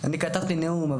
אני כתבתי נאום,